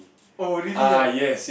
oh really ah